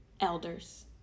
elders